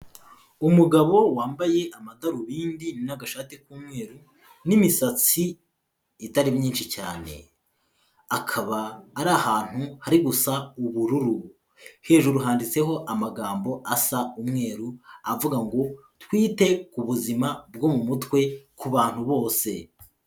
Umugabo wambaye amadarubindi n'agashati k'umweru, n'imisatsi itari myinshi cyane, akaba ari ahantu hari gusa ubururu, hejuru handitseho amagambo asa umweru avuga ngo; Twite ku buzima bwo mu mutwe ku bantu bose.